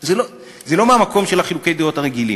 זה לא מהמקום של חילוקי הדעות הרגילים,